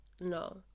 no